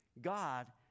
God